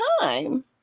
time